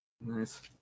Nice